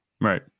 Right